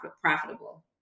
profitable